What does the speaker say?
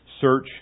search